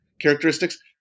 characteristics